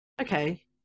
okay